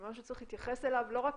זה משהו שצריך להתייחס אליו לא רק